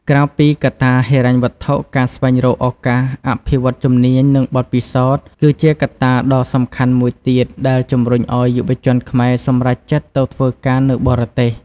ក្រៅពីកត្តាហិរញ្ញវត្ថុ ការស្វែងរកឱកាសអភិវឌ្ឍជំនាញ និងបទពិសោធន៍ គឺជាកត្តាដ៏សំខាន់មួយទៀតដែលជំរុញឱ្យយុវជនខ្មែរសម្រេចចិត្តទៅធ្វើការនៅបរទេស។